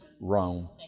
Rome